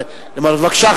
בבקשה,